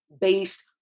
based